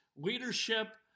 leadership